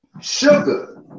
Sugar